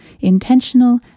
intentional